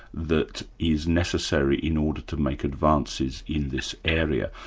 that is necessary in order to make advances in this area?